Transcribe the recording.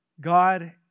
God